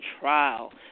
trial